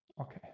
Okay